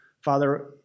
Father